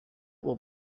will